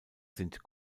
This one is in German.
sind